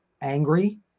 angry